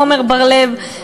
עמר בר-לב,